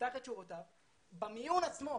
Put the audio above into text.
במיון עצמו.